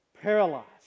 paralyzed